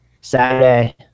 Saturday